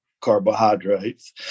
carbohydrates